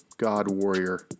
God-warrior